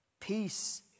Peace